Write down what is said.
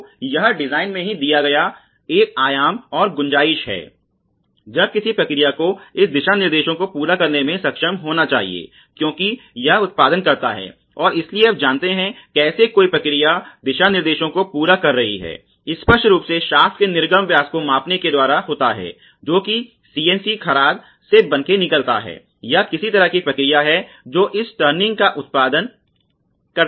तो यह डिज़ाइन में ही दिया गया एक आयाम और गुंजाइश है जब किसी प्रक्रिया को इस दिशा निर्देशों को पूरा करने में सक्षम होना चाहिए क्योंकि यह उत्पादन करता है और इसलिए आप जानते हैं कैसे कोई प्रक्रिया दिशानिर्देशों को पूरा कर रही है स्पष्ट रूप से शाफ्ट के निर्गम व्यास को मापने के द्वारा होता है जो कि सीएनसी खराद से बन के निकलता है या किसी तरह की प्रक्रिया है जो इस टर्निंग का उत्पादन करती है